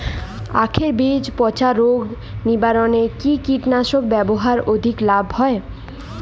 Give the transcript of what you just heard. আঁখের বীজ পচা রোগ নিবারণে কি কীটনাশক ব্যবহারে অধিক লাভ হয়?